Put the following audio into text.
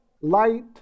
light